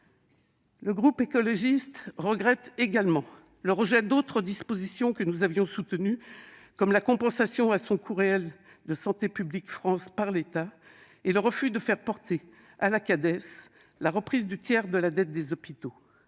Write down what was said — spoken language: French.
Le groupe écologiste regrette également le rejet d'autres dispositions que nous avions soutenues, comme la compensation à son coût réel de Santé publique France par l'État et le refus de faire porter à la Cades la reprise du tiers de la dette des hôpitaux,